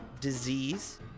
disease